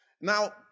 Now